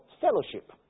fellowship